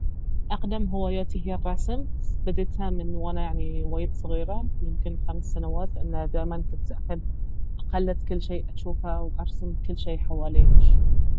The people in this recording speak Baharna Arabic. اقدم هواياتي هي الرسم بديتها من وانا يعني وايد صغيرة يمكن خمس سنوات لانه دايما كنت احب اقلد كل شي اشوفه وارسم كل شي حواليني